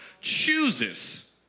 chooses